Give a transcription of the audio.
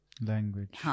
language